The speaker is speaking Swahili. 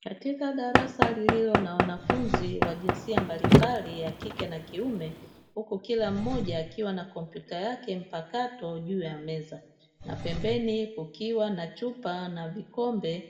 Katika darasa lililo na wanafunzi wa jinsia mbalimbali (ya kike na kiume). Huku kila mmoja akiwa na kompyuta yake mpakato juu ya meza na pembeni kukiwa na chupa na vikikombe.